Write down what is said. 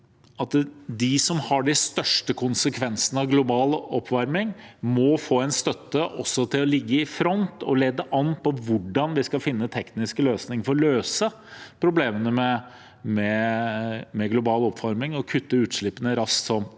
at de som har de største konsekvensene av global oppvarming, må få støtte til å ligge i front og lede an på hvordan vi skal finne tekniske løsninger for å løse problemene med global oppvarming og kutte utslippene raskt nok.